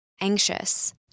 anxious